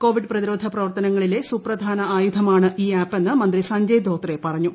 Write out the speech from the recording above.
Covid പ്രതിരോധ പ്രവർത്തനങ്ങളിലെ സുപ്രധാന ആയുധമാണ് ഈ ആപ്പെന്ന് മന്ത്രി സഞ്ജയ് ധോത്രേ പറഞ്ഞു